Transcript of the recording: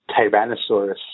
Tyrannosaurus